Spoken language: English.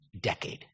decade